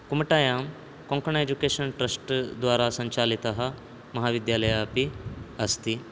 कुमटायां Konkan education trust द्वारा सञ्चालितः महाविद्यालयः अपि अस्ति